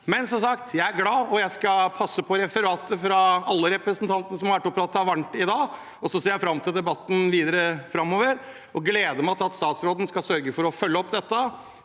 Som sagt er jeg glad, og jeg skal passe på referatet fra alle representantene som har vært oppe og pratet varmt i dag. Jeg ser fram til debatten videre framover og gleder meg til statsråden skal sørge for å følge opp dette,